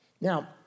Now